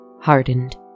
hardened